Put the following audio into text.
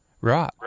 Right